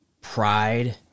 pride